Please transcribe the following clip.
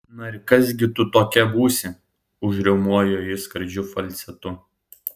na ir kas gi tu tokia būsi užriaumojo jis skardžiu falcetu